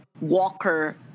Walker